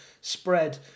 spread